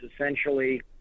essentially